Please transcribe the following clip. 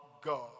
god